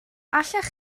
allech